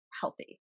healthy